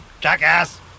jackass